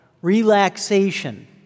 relaxation